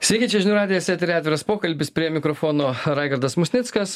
sveiki čia žinių radijas eteryje atviras pokalbis prie mikrofono raigardas musnickas